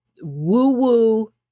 woo-woo